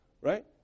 right